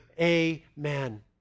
Amen